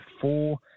four